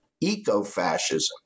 eco-fascism